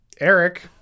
eric